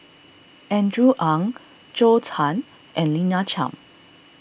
Andrew Ang Zhou Can and Lina Chiam